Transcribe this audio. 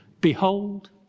behold